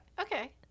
Okay